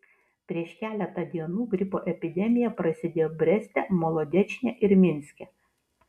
prieš keletą dienų gripo epidemija prasidėjo breste molodečne ir minske